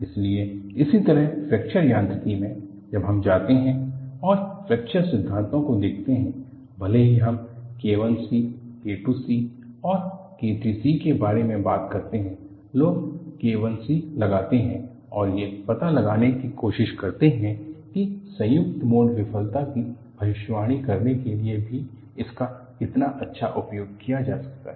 इसलिए इसी तरह फ्रैक्चर यांत्रिकी में जब हम जाते हैं और फ्रैक्चर सिद्धांतों को देखते हैं भले ही हम K I c K II c और K III c के बारे में बात करते हैं लोग K I c लगाते हैं और ये पता लगाने की कोशिश करते हैं कि संयुक्त मोड विफलता की भविष्यवाणी करने के लिए भी इसका कितना अच्छा उपयोग किया जा सकता है